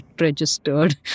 registered